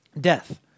Death